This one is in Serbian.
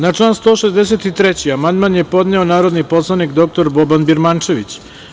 Na član 163. amandman je podneo narodni poslanik dr Boban Birmančević.